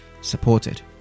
supported